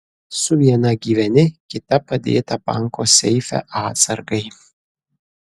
su viena gyveni kita padėta banko seife atsargai